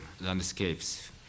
landscapes